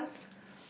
once